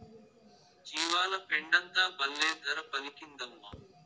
జీవాల పెండంతా బల్లే ధర పలికిందమ్మా